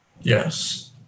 Yes